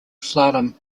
slalom